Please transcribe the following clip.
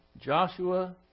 Joshua